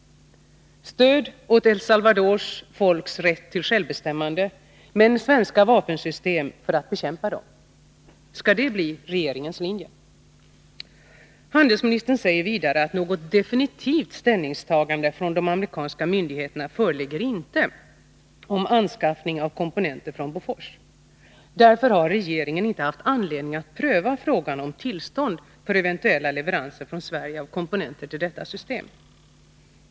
Stöd åt El Salvadors folks rätt till självbestämmande, men svenska vapensystem för att bekämpa dem -— skall detta bli regeringens linje? Handelsministern säger vidare att något definitivt ställningstagande från de amerikanska myndigheterna om anskaffning av komponenter från Bofors inte föreligger. Därför har regeringen inte haft anledning att pröva frågan om tillstånd för eventuella leveranser från Sverige av komponenter till detta system.